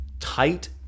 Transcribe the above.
tight